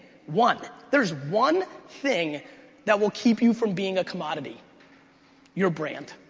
one, there's one thing that will keep you from being a commodity your brand.